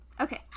Okay